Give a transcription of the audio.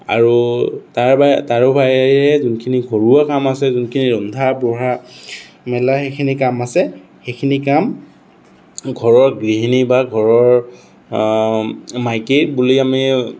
আৰু তাৰ তাৰ বাহিৰে যোনখিনি ঘৰুৱা কাম আছে যোনখিনি ৰন্ধা বঢ়া মেলা সেইখিনি কাম আছে সেইখিনি কাম ঘৰৰ গৃহিণী বা ঘৰৰ মাইকী বুলি আমি